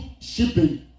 shipping